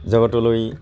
জগতলৈ